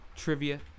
Trivia